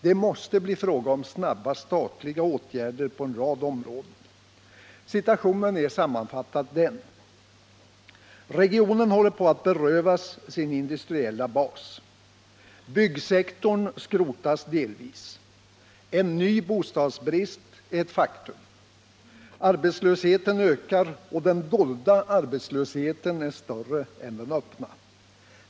Det måste bli fråga om snara statliga åtgärder på en rad områden. Situationen är sammanfattad denna. Regionen håller på att berövas sin industriella bas. Byggsektorn skrotas delvis. En ny bostadsbrist är ett faktum. Arbetslösheten ökar och den dolda arbetslösheten är större än den öppna.